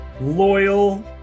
loyal